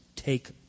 Take